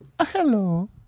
hello